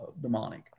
demonic